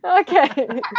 okay